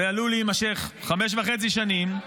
זה עלול להימשך חמש שנים וחצי.